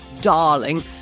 darling